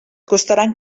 costaran